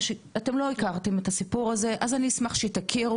או שאתם לא הכרתם את הסיפור הזה אז אני אשמח שתכירו.